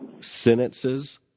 sentences